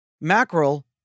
mackerel